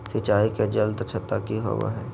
सिंचाई के जल दक्षता कि होवय हैय?